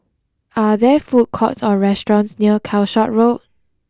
are there food courts or restaurants near Calshot Road